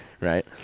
right